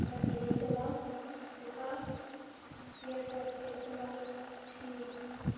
ꯂꯝꯕꯤ ꯂꯩꯇꯕ ꯑꯗꯨꯒ ꯑꯦꯌꯥꯔꯄꯣꯔꯠ ꯂꯩꯇꯕ ꯑꯁꯤꯅꯤ